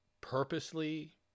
purposely